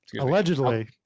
allegedly